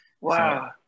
Wow